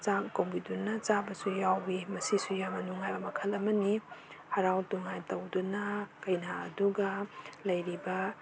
ꯆꯥꯛ ꯀꯧꯕꯤꯗꯨꯅ ꯆꯥꯕꯁꯨ ꯌꯥꯎꯋꯤ ꯃꯁꯤꯁꯨ ꯌꯥꯝꯅ ꯅꯨꯡꯉꯥꯏꯕ ꯃꯈꯜ ꯑꯃꯅꯤ ꯍꯔꯥꯎ ꯇꯨꯉꯥꯏ ꯇꯧꯗꯨꯅ ꯀꯩꯅꯥ ꯑꯗꯨꯒ ꯂꯩꯔꯤꯕ